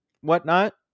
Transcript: whatnot